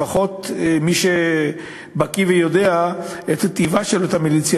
לפחות בקרב מי שבקי ויודע את טיבה של אותה מיליציה,